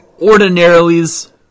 Ordinarilys